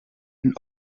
een